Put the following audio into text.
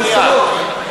הסכמות.